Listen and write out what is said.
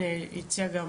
אני מציעה